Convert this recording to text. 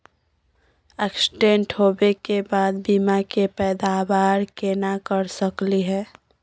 Accident होवे के बाद बीमा के पैदावार केना कर सकली हे?